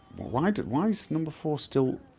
why do why is number four still?